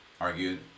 argued